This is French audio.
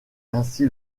ainsi